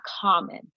common